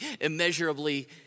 immeasurably